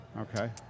Okay